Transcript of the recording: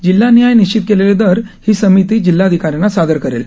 जिल्हानिहाय निश्चित केलेले दर ही समिती जिल्हाधिकाऱ्यांना सादर करेल